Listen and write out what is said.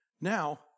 Now